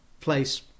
place